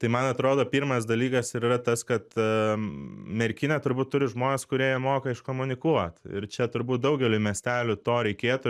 tai man atrodo pirmas dalykas ir yra tas kad merkinė turbūt turi žmones kurie ją moka iškomunikuot ir čia turbūt daugeliui miestelių to reikėtų